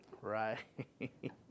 Right